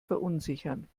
verunsichern